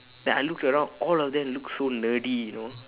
then I look around all of them look so nerdy you know